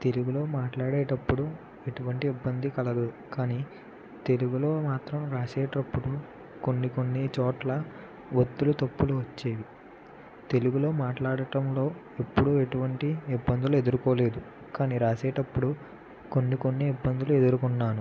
తెలుగులో మాట్లాడేటప్పుడు ఎటువంటి ఇబ్బంది కలుగదు కానీ తెలుగులో మాత్రం వ్రాసేటప్పుడు కొన్ని కొన్ని చోట్ల ఒత్తులు తప్పులు వచ్చేవి తెలుగులో మాట్లాడటంలో ఎప్పుడు ఎటువంటి ఇబ్బందులు ఎదుర్కోలేదు కానీ వ్రాసేటప్పుడు కొన్ని కొన్ని ఇబ్బందులు ఎదురుకొన్నాను